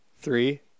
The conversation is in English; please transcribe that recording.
three